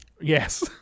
Yes